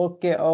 Okay